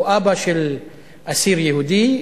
הוא אבא של אסיר יהודי,